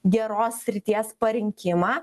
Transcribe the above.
geros srities parinkimą